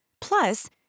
Plus